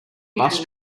bus